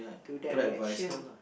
to that reaction